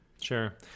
sure